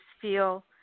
feel